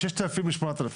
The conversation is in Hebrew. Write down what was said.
מששת אלפים לשמונת אלפים,